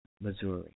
Missouri